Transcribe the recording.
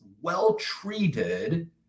well-treated